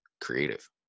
creative